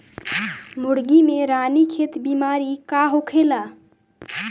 मुर्गी में रानीखेत बिमारी का होखेला?